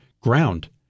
ground